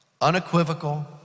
unequivocal